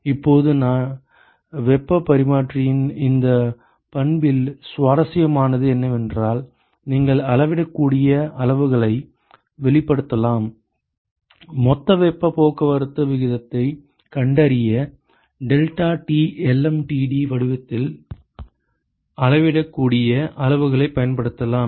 இப்போது வெப்பப் பரிமாற்றியின் இந்தச் பண்பில் சுவாரஸ்யமானது என்னவென்றால் நீங்கள் அளவிடக்கூடிய அளவுகளை வெளிப்படுத்தலாம் மொத்த வெப்பப் போக்குவரத்து விகிதத்தைக் கண்டறிய deltaTlmtd வடிவத்தில் அளவிடக்கூடிய அளவுகளைப் பயன்படுத்தலாம்